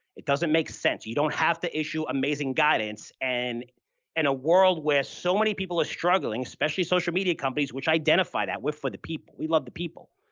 it doesn't make sense. you don't have to issue amazing guidance. and in a world where so many people are struggling, especially social media companies, which identify that we're with for the people, we love the people,